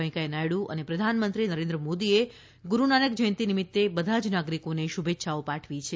વેંકૈયા નાયડુ તથા પ્રધાનમંત્રી નરેન્દ્ર મોદીએ ગુરૂનાનક જ્યંતિ નિમિત્તે બધા જ નાગરીકોને શુભેચ્છાઓ પાઠવી છે